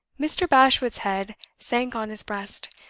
mr. bashwood's head sank on his breast.